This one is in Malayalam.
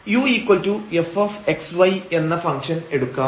ufxy എന്ന ഫംഗ്ഷൻ എടുക്കാം